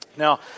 Now